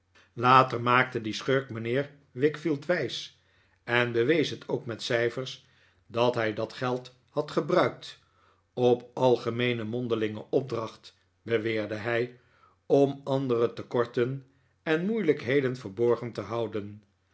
later maakte die schurk mijnheer wickfield wijs en bewees het ook met cijfers dat hij dat geld had gebruikt op algemeene mondelinge opdracht beweerde hij om andere tekorten en moeilijkheden verborgen te houden